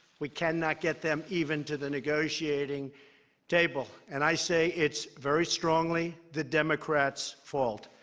we cannot get them even to the negotiating table. and i say it's very strongly the democrats' fault,